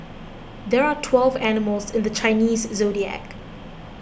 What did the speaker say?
there are twelve animals in the Chinese zodiac